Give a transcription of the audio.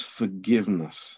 forgiveness